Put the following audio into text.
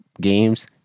games